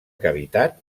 cavitat